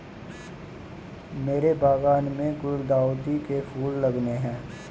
मेरे बागान में गुलदाउदी के फूल लगाने हैं